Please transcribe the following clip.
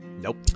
nope